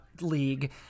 league